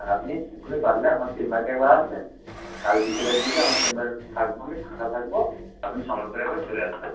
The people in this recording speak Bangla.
আর আপনি শীঘ্রই পারলে আমার চেম্বারেতে একবার আসবেন কাল বিকেলের দিকে আমার চেম্বারে থাকব আমি ফাঁকা থাকব আপনি সময় করে একবার চলে আসবেন